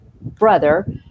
brother